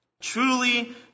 Truly